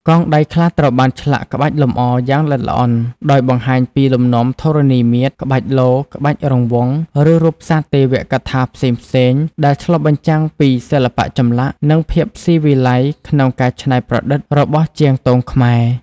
កងដៃខ្លះត្រូវបាន ឆ្លាក់ក្បាច់លម្អ យ៉ាងល្អិតល្អន់ ដោយបង្ហាញពីលំនាំធរណីមាត្រ ក្បាច់លក្បាច់រង្វង់ ឬរូបសត្វទេវកថាផ្សេងៗ ដែលឆ្លុះបញ្ចាំងពី សិល្បៈចម្លាក់ និងភាពស៊ីវិល័យក្នុងការច្នៃប្រឌិត របស់ជាងទងខ្មែរ។